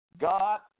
God